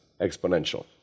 exponential